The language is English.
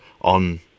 on